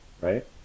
right